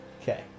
Okay